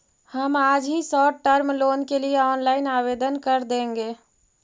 हम आज ही शॉर्ट टर्म लोन के लिए ऑनलाइन आवेदन कर देंगे